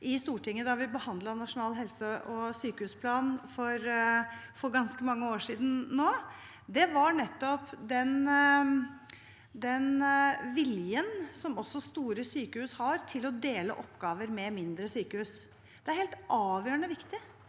i Stortinget da vi behandlet Nasjonal helse- og sykehusplan for ganske mange år siden – nettopp den viljen som store sykehus har til å dele oppgaver med mindre sykehus. Det er helt avgjørende viktig